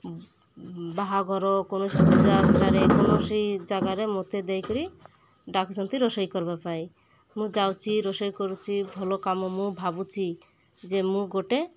ବାହାଘର କୌଣସି ପୂଜା ଆଶ୍ରାରେ କୌଣସି ଜାଗାରେ ମତେ ଦେଇକିରି ଡାକୁଛନ୍ତି ରୋଷେଇ କରିବା ପାଇଁ ମୁଁ ଯାଉଛି ରୋଷେଇ କରୁଛି ଭଲ କାମ ମୁଁ ଭାବୁଛି ଯେ ମୁଁ ଗୋଟେ